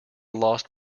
lost